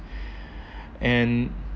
and